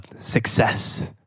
success